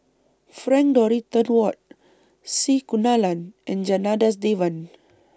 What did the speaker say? Frank Dorrington Ward C Kunalan and Janadas Devan